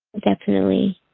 definitely.